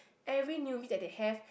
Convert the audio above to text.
every newbie that they have